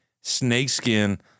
snakeskin